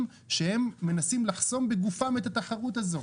שהם מנסים לחסום בגופם את התחרות הזאת.